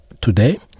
today